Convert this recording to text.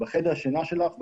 בחדר שינה שלך,